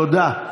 תודה.